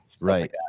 right